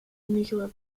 nuclear